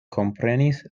komprenis